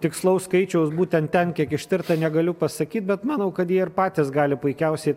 tikslaus skaičiaus būtent ten kiek ištirta negaliu pasakyt bet manau kad jie ir patys gali puikiausiai